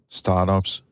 startups